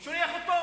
הוא שולח אותו.